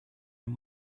and